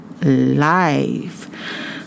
life